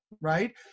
right